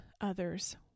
others